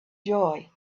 joy